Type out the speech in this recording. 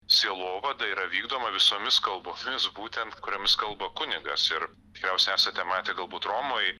sielovada yra vykdoma visomis kalbomis būtent kuriomis kalba kunigas ir tikriausiai esate matę galbūt romoj